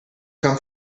come